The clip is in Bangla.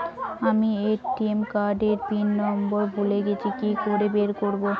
আমি এ.টি.এম কার্ড এর পিন নম্বর ভুলে গেছি কি করে বের করব?